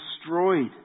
destroyed